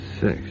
Six